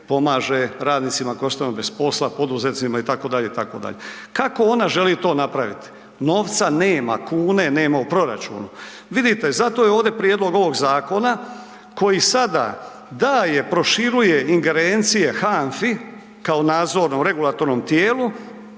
pomaže radnicima koji ostanu bez posla, poduzetnicima itd., itd. Kako ona želi to napraviti? Novca nema, kune nema u proračunu. Vidite, zato je ovdje prijedlog ovog zakona koji sada daje, proširuje ingerencije HANFA-i kao nadzornom regulatornom tijelu